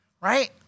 Right